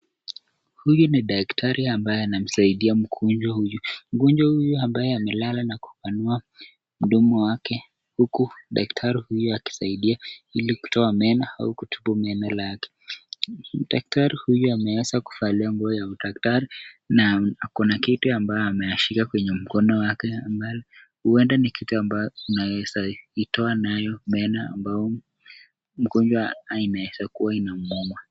Huyu ni daktari ambaye anamwisaidia mgonjwa huyu. Mgonjwa huyu ambaye amelala na kupanua mdomo wake huku daktari huyu akisaidia ili kutoa meno au kutibu meno yake. Daktari huyu ameweza kufalia nguo ya udaktari na kuna kitu ambayo ameyashika kwenye mkono wake ambayo huenda ni kitu ambayo anaweza itoana nayo meno ambayo mgonjwa anainaeza kuwa inamuuma.